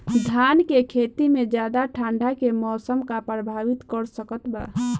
धान के खेती में ज्यादा ठंडा के मौसम का प्रभावित कर सकता बा?